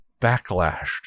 backlashed